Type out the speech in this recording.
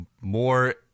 more